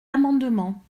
amendement